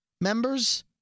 members